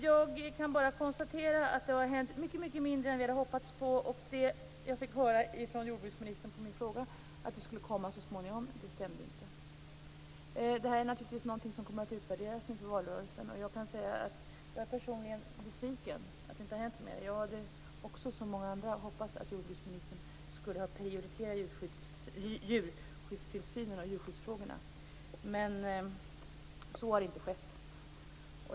Jag kan bara konstatera att det har hänt mycket mindre än vad vi hade hoppats på. Jordbruksministerns besked på min fråga - att vissa saker skulle komma så småningom - stämde inte. Det här kommer naturligtvis att utvärderas inför valrörelsen. Jag kan personligen säga att jag är besviken att det inte har hänt mer. Jag hade liksom många andra hoppats att jordbruksministern skulle prioritera djurskyddsfrågorna, men så har inte skett.